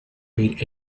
paid